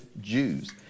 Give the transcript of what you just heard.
Jews